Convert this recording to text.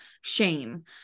Shame